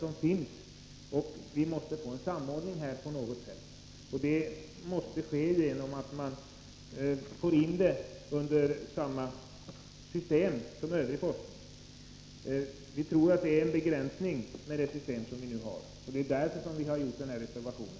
Vi måste därför få till stånd en samordning på något sätt. Det kan bäst ske genom att miljövårdsforskningen inordnas i samma system som övrig forskning. Vi tror att den modell som vi nu har innebär en begränsning. Det är därför som vi har avgett en reservation.